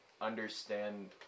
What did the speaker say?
understand